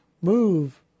move